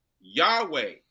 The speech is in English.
Yahweh